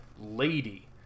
Lady